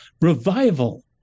revival